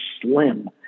slim